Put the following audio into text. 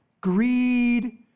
greed